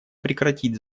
прекратить